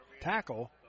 tackle